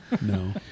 No